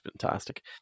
fantastic